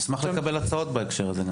נשמח לקבל הצעות בהקשר הזה.